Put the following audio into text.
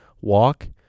walk